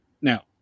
Now